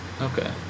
Okay